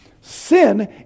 Sin